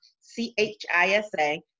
C-H-I-S-A